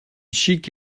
chic